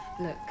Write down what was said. Look